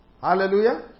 Hallelujah